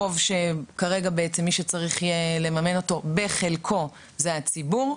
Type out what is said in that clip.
חוב שכרגע בעצם מי שצריך יהיה לממן אותו בחלקו זה הציבור,